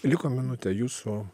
liko minutė jūsų